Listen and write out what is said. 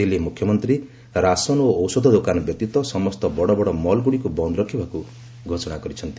ଦିଲ୍ଲୀ ମୁଖ୍ୟମନ୍ତ୍ରୀ ରାସନ ଓ ଔଷଧ ଦୋକାନ ବ୍ୟତୀତ ସମସ୍ତ ବଡ଼ ବଡ଼ ମଲ୍ଗୁଡ଼ିକୁ ବନ୍ଦ ରଖିବାକୁ ଘୋଷଣା କରିଛନ୍ତି